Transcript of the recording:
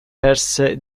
perse